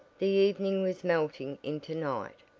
the evening was melting into night.